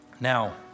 Now